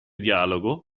dialogo